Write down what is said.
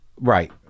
right